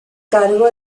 cargo